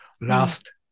last